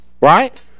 Right